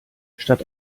statt